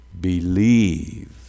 Believe